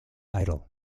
idle